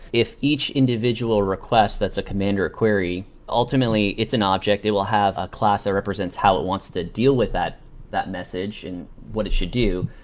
if each individual request that's a command or a query, ultimately, it's an object. it will have a class that represents how it wants to deal with that that message and what it should do.